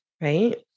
right